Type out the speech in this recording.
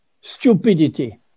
stupidity